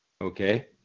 Okay